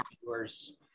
viewers